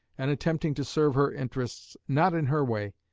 and attempting to serve her interests, not in her way,